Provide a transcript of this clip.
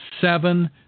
seven